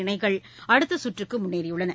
இணைகள் அடுத்த சுற்றுக்கு முன்னேறியுள்ளன